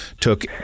took